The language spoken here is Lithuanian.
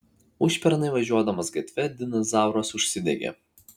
užpernai važiuodamas gatve dinas zauras užsidegė